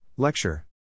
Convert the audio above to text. Lecture